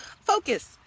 Focus